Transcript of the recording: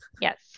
yes